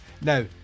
Now